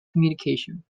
communication